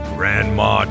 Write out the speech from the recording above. Grandma